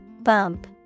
Bump